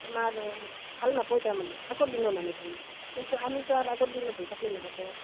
আমাৰ ভাল নাপোই তাৰমানে আগৰ দিনৰ মানুহখিনি কিন্তু আমিতো আৰ আগৰ দিনৰ হৈ থাকলি নহ'ব